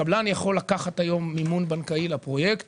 הקבלן יכול היום לקחת מימון בנקאי לפרויקט